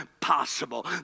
possible